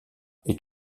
est